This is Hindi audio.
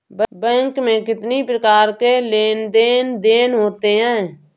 बैंक में कितनी प्रकार के लेन देन देन होते हैं?